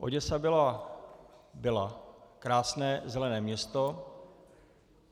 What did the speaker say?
Oděsa byla byla krásné zelené město